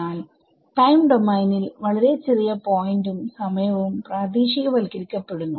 എന്നാൽ ടൈം ഡോമെയിനിൽവളരെ ചെറിയ പോയിന്റും സമയവും പ്രാദേശികവൽക്കരിക്കപ്പെടുന്നു